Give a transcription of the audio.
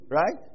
right